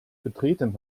betreten